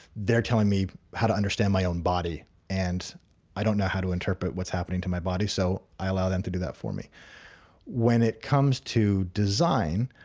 they're telling me how to understand my own body and i don't know how to interpret what's happening to my body. so, i allow them to do that for me when it comes to design,